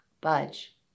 budge